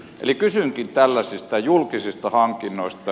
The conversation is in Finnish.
eli kysynkin tällaisista julkisista hankinnoista